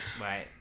Right